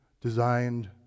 designed